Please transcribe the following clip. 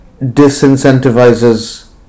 disincentivizes